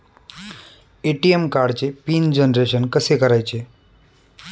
ATM कार्डचे PIN generation कसे करायचे?